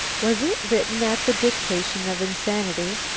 was it written at the dictation of insanity?